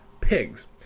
Pigs